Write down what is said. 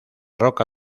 roca